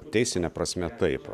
teisine prasme taip